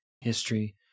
History